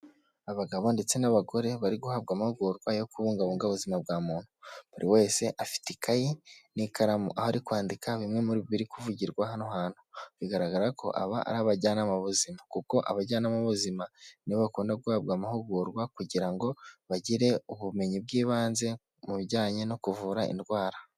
Abagabo ndetse n'abagore bari guhabwa amahugurwa yo kubungabunga ubuzima bwa muntu. Buri wese afite ikayi n'ikaramu aho ari kwandika bimwe mu biri kuvugirwa hano hantu. Bigaragara ko aba ari abajyanama b'ubuzima. Kuko abajyanama b'ubuzima ni bo bakunda guhabwa amahugurwa, kugira ngo bagire ubumenyi bw'ibanze mu bijyanye no kuvura indwara.